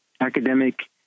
academic